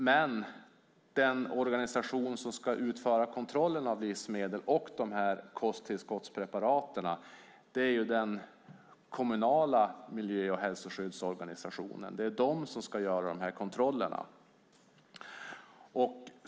Men den organisation som ska utföra kontrollen av livsmedel och kosttillskottspreparaten är den kommunala miljö och hälsoskyddsorganisationen. Det är den som ska göra kontrollerna.